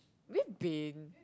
we've been